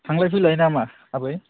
थांलाय फैलाय नामा आबै